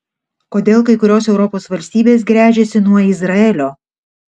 kodėl kai kurios europos valstybės gręžiasi nuo izraelio